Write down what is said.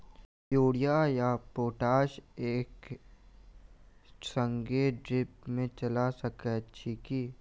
Urea आ potash केँ एक संगे ड्रिप मे चला सकैत छी की?